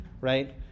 right